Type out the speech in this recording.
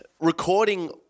recording